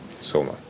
Soma